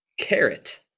carrot